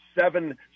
seven